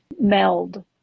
meld